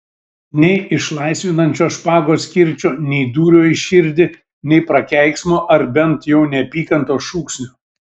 nei išlaisvinančio špagos kirčio nei dūrio į širdį nei prakeiksmo ar bent jau neapykantos šūksnio